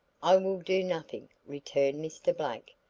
i will do nothing, returned mr. blake.